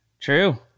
True